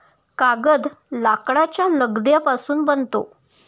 कागद लाकडाच्या लगद्यापासून बनतो